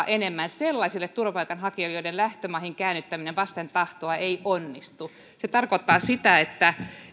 enemmän sellaisille turvapaikanhakijoille joiden lähtömaihin käännyttäminen vasten tahtoa ei onnistu se tarkoittaa sitä että